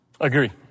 Agree